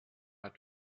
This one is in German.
hat